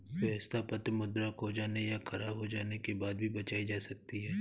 व्यवस्था पत्र मुद्रा खो जाने या ख़राब हो जाने के बाद भी बचाई जा सकती है